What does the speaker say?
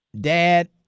dad